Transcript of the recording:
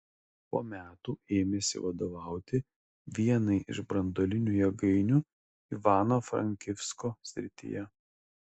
po metų ėmėsi vadovauti vienai iš branduolinių jėgainių ivano frankivsko srityje